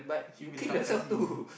she'll be the kamikaze